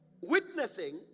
witnessing